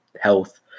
health